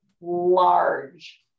large